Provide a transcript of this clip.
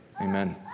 Amen